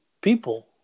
people